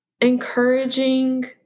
encouraging